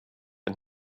and